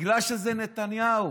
בגלל שזה נתניהו.